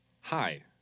Hi